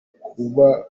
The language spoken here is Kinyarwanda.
kubahuza